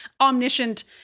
omniscient